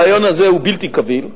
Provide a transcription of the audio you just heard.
הרעיון הזה הוא בלתי קביל.